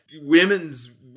women's